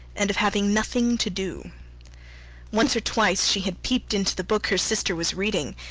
and of having nothing to do once or twice she had peeped into the book her sister was reading,